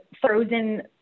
frozen